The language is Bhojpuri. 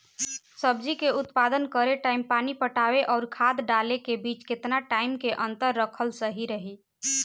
सब्जी के उत्पादन करे टाइम पानी पटावे आउर खाद डाले के बीच केतना टाइम के अंतर रखल सही रही?